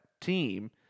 team